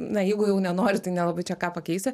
na jeigu jau nenori tai nelabai čia ką pakeisi